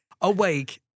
awake